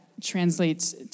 translates